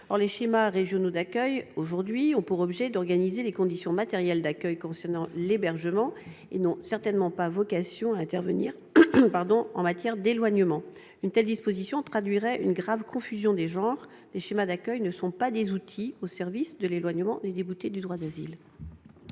les schémas régionaux d'accueil ont aujourd'hui pour objet d'organiser les conditions matérielles d'accueil concernant l'hébergement et n'ont certainement pas vocation à intervenir en matière d'éloignement. Une telle disposition traduirait une grave confusion des genres : ces schémas ne sont pas des outils au service de l'éloignement des déboutés du droit d'asile.